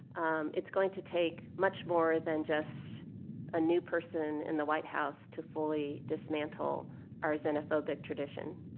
um it's going to take much more than just a new person in the white house to fully dismantle our xenophobic tradition